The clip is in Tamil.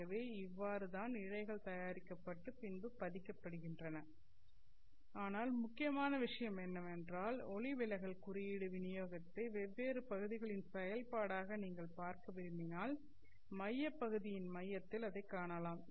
ஆகவே இவ்வாறு தான் இழைகள் தயாரிக்கப்பட்டு பின்பு பதிக்கப்படுகின்றன ஆனால் முக்கியமான விஷயம் என்னவென்றால் ஒளி விலகல் குறியீடு விநியோகத்தை வெவ்வேறு பகுதிகளின் செயல்பாடாக நீங்கள் பார்க்க விரும்பினால் மையப் பகுதியின் மையத்தில் அதை காணலாம்